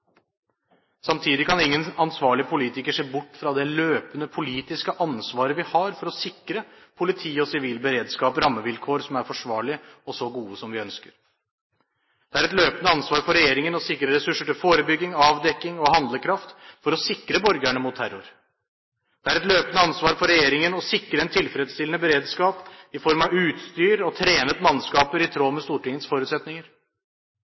Samtidig kan ingen ansvarlig politiker se bort fra det løpende politiske ansvaret vi har for å sikre politi og sivil beredskap rammevilkår som er forsvarlige og så gode som vi ønsker. Det er et løpende ansvar for regjeringen å sikre ressurser til forebygging, avdekking og handlekraft for å sikre borgerne mot terror. Det er et løpende ansvar for regjeringen å sikre en tilfredsstillende beredskap i form av utstyr og trenet mannskap i tråd med Stortingets forutsetninger.